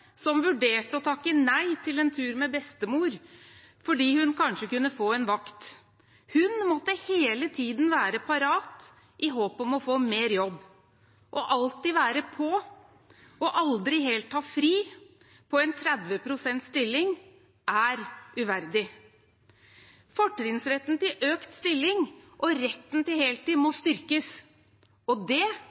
å takke nei til en tur med bestemor fordi hun kanskje kunne få en vakt. Hun måtte hele tiden være parat i håp om å få mer jobb. Å alltid være på og aldri helt ha fri i en 30 pst.-stilling er uverdig. Fortrinnsretten til økt stilling og retten til heltid må styrkes, og det